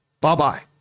bye-bye